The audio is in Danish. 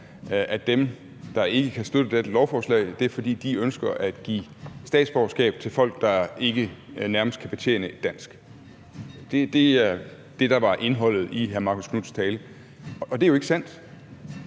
at dem, der ikke kan støtte dette lovforslag, har den holdning, fordi de ønsker at give statsborgerskab til folk, der nærmest ikke kan betjene sig af dansk. Det var det, der var indholdet i hr. Marcus Knuths tale, og det er jo ikke sandt.